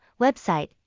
Website